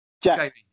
Jack